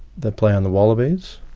that play on the wallabies,